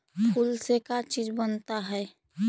फूल से का चीज बनता है?